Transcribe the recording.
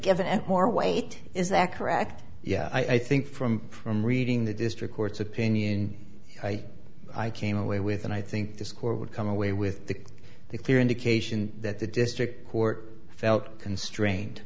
given it more weight is that correct yeah i think from from reading the district court's opinion i came away with and i think this court would come away with the clear indication that the district court felt constrained